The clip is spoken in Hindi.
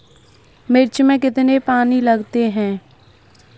मिर्च में कितने पानी लगते हैं?